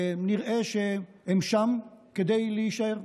נראה שהם שם כדי להישאר.